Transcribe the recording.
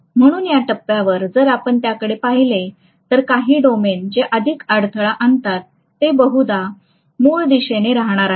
म्हणून या टप्प्यावर जर आपण त्याकडे पाहिले तर काही डोमेन जे अधिक अडथळा आणतात ते बहुधा मूळ दिशेने रहाणार आहेत